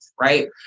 right